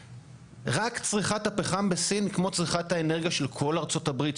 רק צריכת הפחם בסין היא כמו צריכת האנרגיה של כל ארצות הברית,